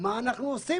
מה אנחנו עושים